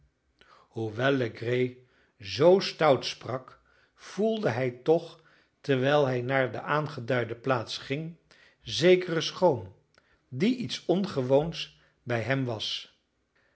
hoewel legree zoo stout sprak voelde hij toch terwijl hij naar de aangeduide plaats ging zekeren schroom die iets ongewoons bij hem was